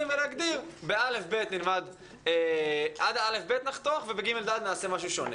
ולהגדיר שעד כיתות א'-ב' נחתוך ובכיתות ג'-ד' נעשה משהו שונה.